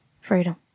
Freedom